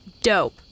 Dope